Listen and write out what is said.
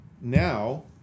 now